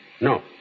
No